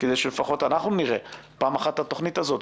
כדי שלפחות אנחנו נראה פעם אחת את התוכנית הזאת,